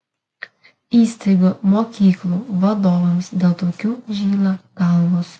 įstaigų mokyklų vadovams dėl tokių žyla galvos